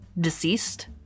deceased